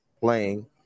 playing